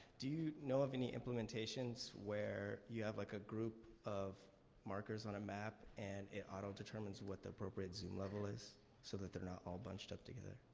do you know of any implementations where you have, like, a group of markers on a map, and it auto-determines what the appropriate zoom level is so that they're not all bunched up together.